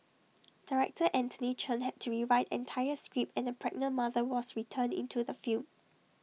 Director Anthony Chen had to rewrite entire script and A pregnant mother was return into the film